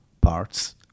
parts